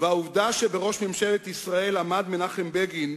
והעובדה שבראש ממשלת ישראל עמד מנחם בגין,